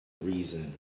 reason